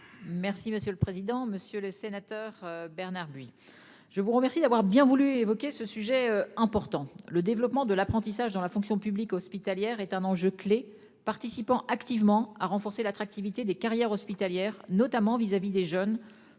Merci monsieur le président, monsieur le sénateur. Bernard buis. Je vous remercie d'avoir bien voulu évoquer ce sujet important, le développement de l'apprentissage dans la fonction publique hospitalière est un enjeu clé participant activement à renforcer l'attractivité des carrières hospitalières, notamment vis-à-vis des jeunes